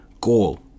goal